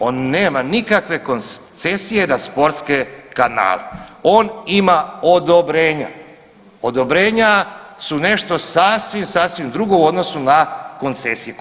On nema nikakve koncesije na sportske kanale, on ima odobrenja, odobrenja su nešto sasvim, sasvim drugo u odnosu na koncesije.